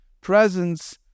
Presence